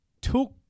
took